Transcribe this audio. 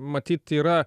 matyt yra